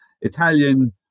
Italian